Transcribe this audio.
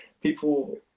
people